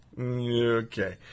Okay